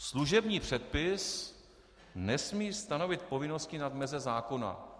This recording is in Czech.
Služební předpis nesmí stanovit povinnosti nad meze zákona.